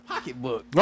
pocketbook